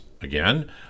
again